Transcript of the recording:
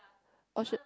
or should